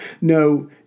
No